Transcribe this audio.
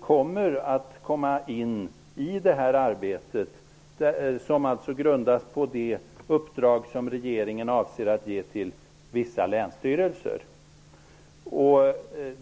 kommer in i det här arbetet, som alltså grundas på det uppdrag som regeringen avser att ge till vissa länsstyrelser.